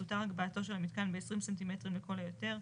תותר הגבהתו של המיתקן ב-20 סנטימטרים לכל היותר,